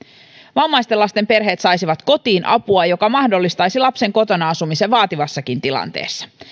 vammaisten lasten perheet saisivat kotiin apua joka mahdollistaisi lapsen kotona asumisen vaativassakin tilanteessa